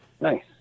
Nice